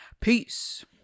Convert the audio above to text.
Peace